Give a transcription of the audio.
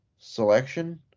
selection